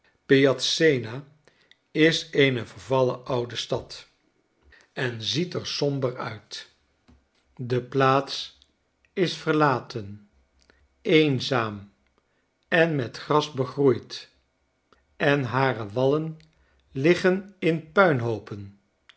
piacenza is eene vervallen oude stad en ziet er somber uit de plaats is verlaten eenzaam en met gras begroeid en hare wallen liggen in